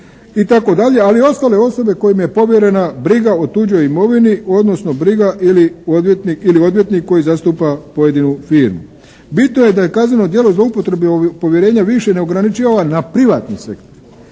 i ostale osobe kojima je povjerena briga o tuđoj imovini odnosno briga ili odvjetnik koji zastupa pojedinu firmu. Bitno je da je kazneno djelo zloupotrebe povjerenja više ne ograničava na privatni sektor.